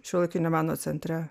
šiuolaikinio meno centre